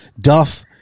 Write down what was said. Duff